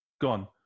gone